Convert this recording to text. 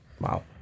Wow